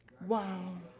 wow